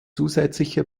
zusätzliche